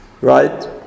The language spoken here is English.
right